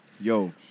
Yo